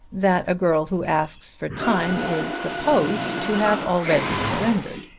that a girl who asks for time is supposed to have already surrendered.